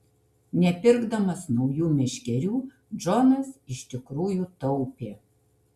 nepirkdamas naujų meškerių džonas iš tikrųjų taupė